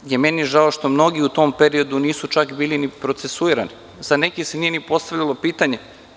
Ono što je meni žao što mnogi u tom periodu nisu bili čak ni procesuirani, za neke se nije ni postavljalo pitanje.